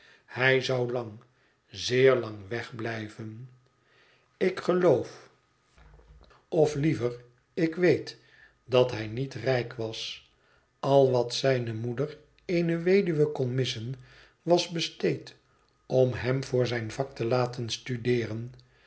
hij zou lang zeer lang wegblijven ik geloof of liever ik weet dat hij niet rijk was al wat zijne moeder eêne weduwe kon missen was besteed om hem voor zijn vak te laten studeeren